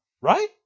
right